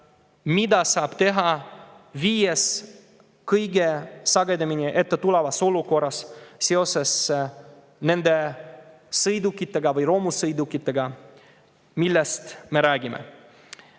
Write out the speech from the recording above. mida saab teha viies kõige sagedamini ette tulevas olukorras seoses nende sõidukitega või romusõidukitega, millest me räägime.